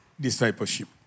discipleship